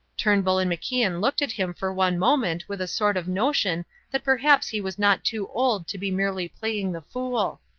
turnbull and macian looked at him for one moment with a sort of notion that perhaps he was not too old to be merely playing the fool.